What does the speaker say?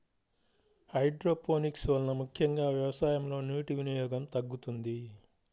hydroponics వలన ముఖ్యంగా వ్యవసాయంలో నీటి వినియోగం తగ్గుతుంది